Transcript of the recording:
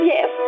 Yes